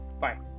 Bye